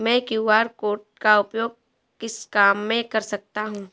मैं QR code का उपयोग किस काम में कर सकता हूं?